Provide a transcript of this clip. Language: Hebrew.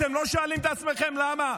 אתם לא שואלים את עצמכם למה?